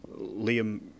Liam